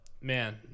man